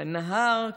בנהר,